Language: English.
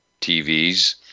TVs